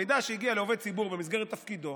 מידע שהגיע לעובד ציבור במסגרת תפקידו,